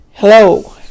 Hello